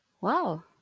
Wow